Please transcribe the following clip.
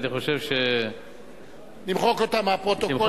אני חושב, נמחק אותה מהפרוטוקול.